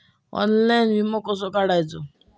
Online विमो कसो काढायचो?